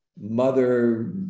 Mother